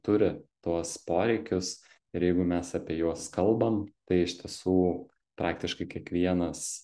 turi tuos poreikius ir jeigu mes apie juos kalbam tai iš tiesų praktiškai kiekvienas